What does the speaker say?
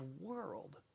world